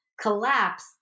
collapse